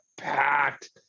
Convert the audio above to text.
packed